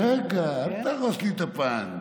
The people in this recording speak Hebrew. רגע, אל תהרוס לי את הפאנץ'.